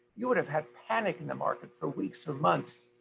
you would have had panic in the market for weeks or months.